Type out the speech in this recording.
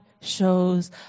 shows